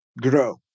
grow